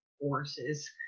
forces